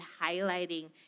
highlighting